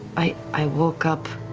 i i woke up,